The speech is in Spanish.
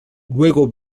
luego